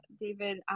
David